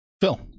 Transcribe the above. Phil